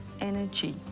energy